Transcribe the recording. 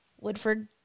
Woodford